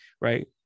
right